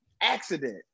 accident